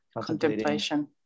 contemplation